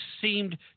seemed